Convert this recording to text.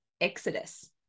exodus